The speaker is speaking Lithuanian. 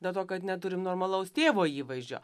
dėl to kad neturim normalaus tėvo įvaizdžio